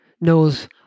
knows